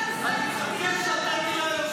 לביטחון לאומי לצורך הכנתה לקריאה ראשונה.